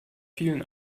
vielen